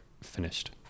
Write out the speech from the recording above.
finished